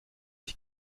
ich